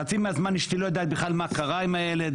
חצי מהזמן אשתי לא יודעת בכלל מה קרה עם הילד,